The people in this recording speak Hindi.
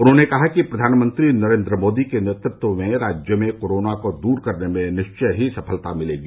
उन्होंने कहा कि प्रधानमंत्री नरेन्द्र मोदी के नेतृत्व में राज्य में कोरोना को दूर करने में निश्चय ही सफलता मिलेगी